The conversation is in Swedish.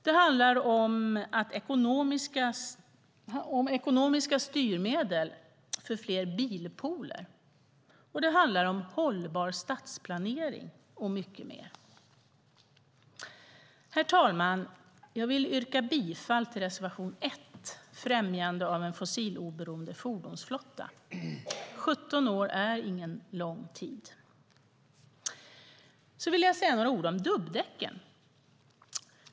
Det handlar om ekonomiska styrmedel för fler bilpooler. Det handlar om hållbar stadsplanering, och mycket mer. Herr talman! Jag yrkar bifall till reservation 1 om främjande av en fossiloberoende fordonsflotta. 17 år är ingen lång tid. Så vill jag säga några ord om dubbdäcken.